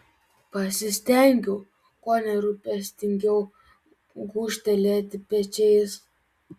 pasistengiau kuo nerūpestingiau gūžtelėti pečiais